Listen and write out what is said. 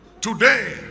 today